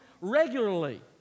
regularly